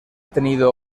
tenido